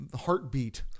heartbeat